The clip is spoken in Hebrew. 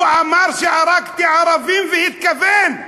הוא אמר "הרגתי ערבים", והתכוון.